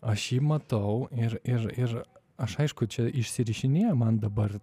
aš jį matau ir ir ir aš aišku čia išsirišinėja man dabar